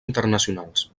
internacionals